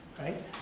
right